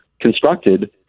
constructed